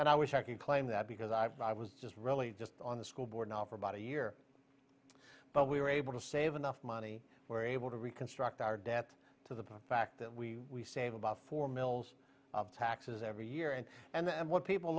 and i wish i could claim that because i've been i was just really just on the school board now for about a year but we were able to save enough money were able to reconstruct our debt to the fact that we save about four mils taxes every year and and what people